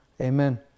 Amen